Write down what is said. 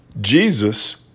Jesus